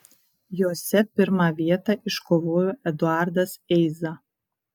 jose pirmą vietą iškovojo eduardas eiza